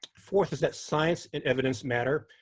fourth is that science and evidence matter,